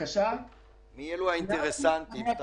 מי אלו האינטרסנטים?